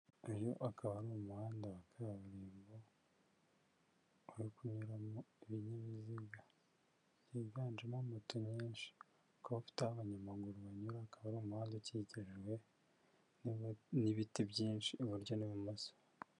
Uyu akaba ari umuhanda wa kaburimbo uri kunyuramo ibinyabiziga higanjemo moto nyinshi, ukaba ufite aho abanyamaguru banyuraga akaba ari umuhanda ukikijwe n'ibiti byinshi iburyo n'ibumoso.